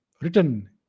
written